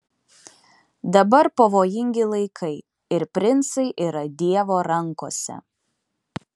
dabar pavojingi laikai ir princai yra dievo rankose